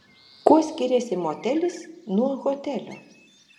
kuo skiriasi motelis nuo hotelio